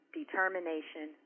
determination